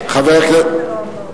חבר הכנסת,